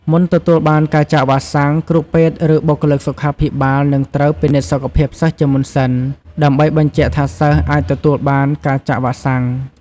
មុនទទួលបានការចាក់វ៉ាក់សាំង គ្រូពេទ្យ ឬបុគ្គលិកសុខាភិបាលនឹងត្រូវពិនិត្យសុខភាពសិស្សជាមុនសិន ដើម្បីបញ្ជាក់ថាសិស្សអាចទទួលបានក្នុងការចាក់វ៉ាក់សាំង។